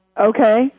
Okay